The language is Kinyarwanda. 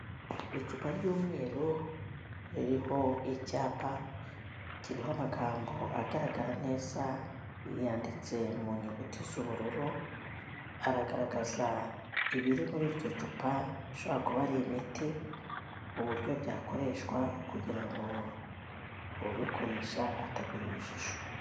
Icupa ry'umweru ririho icyapa kiriho amagambo agaragara neza, yanditse mu nyuguti z'ubururu, aragaragaza ibiri muri iryo cupa, rishobora kuba ari imiti, uburyo byakoreshwa kugira ngo ubikoresha atagira urujijo.